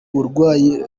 burwayi